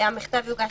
המכתב יוגש